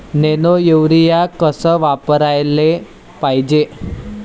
Nano urea कस वापराले पायजे?